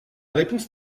réponse